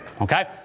Okay